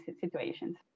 situations